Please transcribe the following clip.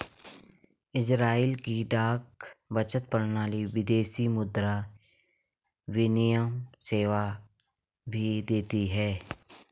Israel की डाक बचत प्रणाली विदेशी मुद्रा विनिमय सेवाएं भी देती है